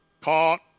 Caught